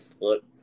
look